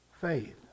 faith